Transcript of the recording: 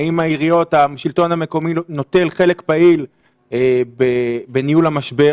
האם השלטון המקומי בחוץ נוטל חלק פעיל בניהול המשבר?